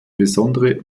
besondere